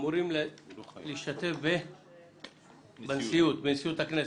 אמורים להשתתף בישיבת נשיאות הכנסת.